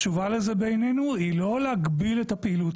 התשובה לזה בעינינו היא לא להגביל את הפעילות.